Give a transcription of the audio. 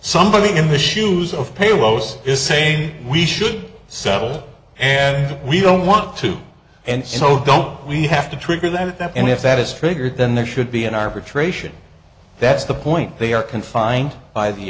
somebody in the shoes of pay woes is saying we should settle and we don't want to and so don't we have to trigger that that and if that is triggered then there should be an arbitration that's the point they are confined by the